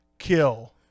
kill